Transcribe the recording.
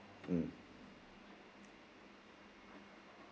mm